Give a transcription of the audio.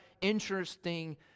interesting